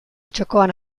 txokoan